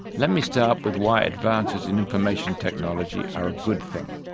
let me start with why advances in information technology are a good thing.